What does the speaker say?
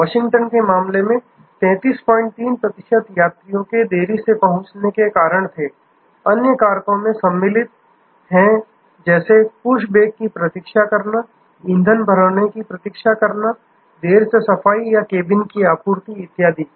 Washington के मामले में 333 प्रतिशत यात्रियों के देरी से पहुंचने के कारण थे अन्य कारणों में सम्मिलित हैं जैसे पुशबैक की प्रतीक्षा करना ईंधन भरने की प्रतीक्षा करना देर से सफाई या केबिन की आपूर्ति इत्यादि